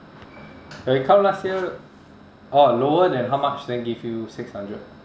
your income last year oh lower than how much then give you six hundred